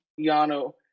Yano